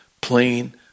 plain